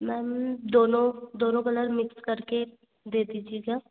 ma'am दोनों दोनों colour mix करके दे दीजिएगा